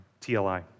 TLI